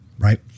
Right